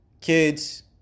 kids